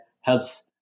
helps